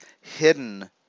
hidden